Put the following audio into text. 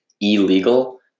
illegal